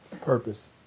Purpose